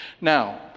Now